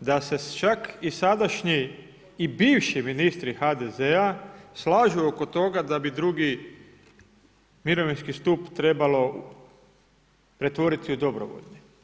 da se čak i sadašnji i bivši ministri HDZ-a slažu oko toga da bi drugi mirovinski stup trebalo pretvoriti u dobrovoljni.